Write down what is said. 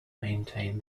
maintain